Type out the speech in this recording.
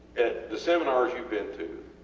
at the seminars youve been to